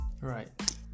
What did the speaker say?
Right